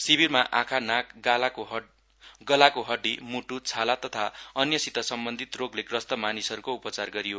शिविरमा आखा नाक गलाको हडडी मुटु छाला तथा अन्यसित सम्वन्धित रोगले ग्रस्त मानिसहरूको उपचार गरियो